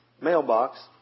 mailbox